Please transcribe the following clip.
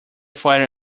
fire